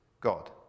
God